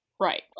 right